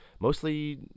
mostly